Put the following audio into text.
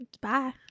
bye